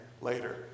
later